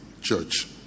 church